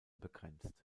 begrenzt